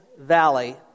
Valley